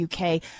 UK